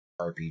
RPG